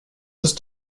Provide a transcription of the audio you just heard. ist